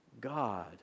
God